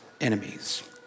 enemies